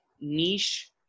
niche